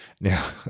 Now